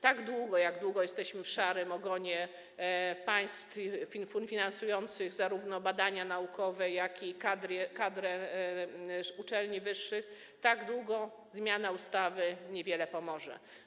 Tak długo, jak długo jesteśmy w szarym ogonie państw finansujących zarówno badania naukowe, jak i kadrę uczelni wyższych, tak długo zmiana ustawy niewiele pomoże.